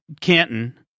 Canton